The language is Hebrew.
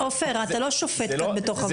עופר, אתה לא שופט כאן בתוך הוועדה.